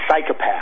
psychopath